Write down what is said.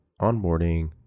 onboarding